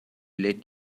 let